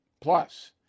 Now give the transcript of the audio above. Plus